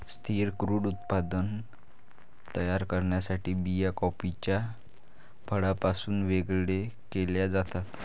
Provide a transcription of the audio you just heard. स्थिर क्रूड उत्पादन तयार करण्यासाठी बिया कॉफीच्या फळापासून वेगळे केल्या जातात